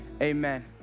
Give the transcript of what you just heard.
amen